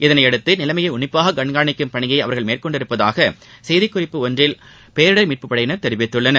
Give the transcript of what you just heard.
இதனையடுத்து நிலைமையை உன்னிப்பாக கண்காணிக்கும் பணியை அவர்கள் மேற்கொண்டுள்ளதாக செய்திக் குறிப்பு ஒன்றில் பேரிடர் மீட்புப் படையினர் தெரிவித்துள்ளனர்